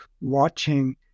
watching